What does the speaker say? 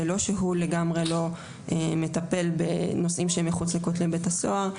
זה לא שהוא לגמרי לא מטפל בנושאים שהם מחוץ לכותלי בית הסוהר.